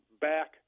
back